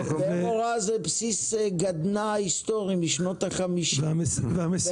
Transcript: באר אורה זה בסיס גדנ"ע הסטורי משנות ה-50 בערבה,